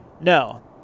no